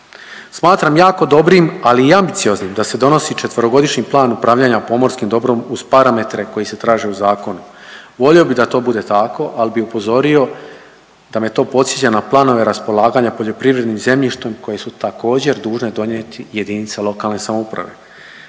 Smatram jako dobrim, ali i ambicioznim da se donosi 4-godišnji plan upravljanja pomorskim dobrom uz parametre koji se traže u zakonu. Volio bi da to bude tako, al bi upozorio da me to podsjeća na planove raspolaganja poljoprivrednim zemljištem koje su također dužne donijeti JLS. Ti planovi